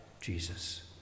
Jesus